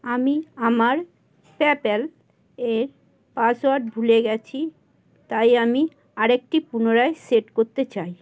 আমি আমার পেপ্যাল এর পাসওয়ার্ড ভুলে গিয়েছি তাই আমি আরেকটি পুনরায় সেট করতে চাই